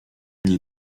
nie